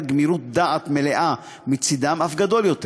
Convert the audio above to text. גמירות דעת מלאה מצדם אף גדול יותר.